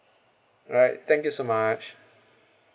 alright thank you so much